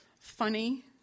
funny